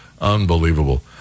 Unbelievable